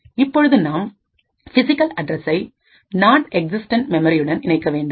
இப்பொழுது நாம் பிசிகல் அட்ரசை நான் எக்ஸிஸ்டன்ட் மெமரியுடன் இணைக்க வேண்டும்